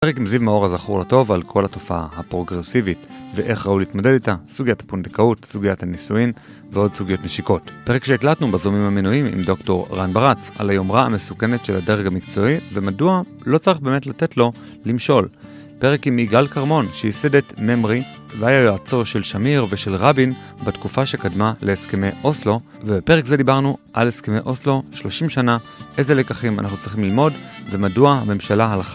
פרק עם זיו מאור הזכור לטוב, על כל התופעה הפרוגרסיבית ואיך ראוי להתמדד איתה סוגיית הפונדקאות, סוגיית הנישואין ועוד סוגיות משיקות. פרק שהקלטנו בזום עם המנויים עם דוקטור רן ברץ על היומרה המסוכנת של הדרג המקצועי ומדוע לא צריך באמת לתת לו למשול. פרק עם יגאל כרמון שייסד את ממרי והיה יועצו של שמיר ושל רבין בתקופה שקדמה להסכמי אוסלו ובפרק זה דיברנו על הסכמי אוסלו 30 שנה, איזה לקחים אנחנו צריכים ללמוד ומדוע הממשלה הלכה